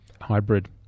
hybrid